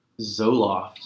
Zoloft